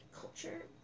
culture